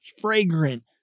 fragrant